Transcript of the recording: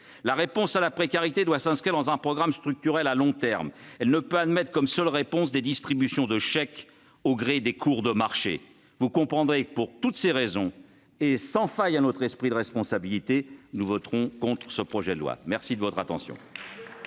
La réponse à la précarité doit s'inscrire dans un programme structurel à long terme. Elle ne peut admettre comme seule réponse des distributions de chèques au gré des cours de marché. Vous le comprendrez, mes chers collègues : pour toutes ces raisons, et sans faillir à notre esprit de responsabilité, nous voterons contre ce projet de loi de finances rectificative.